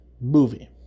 movie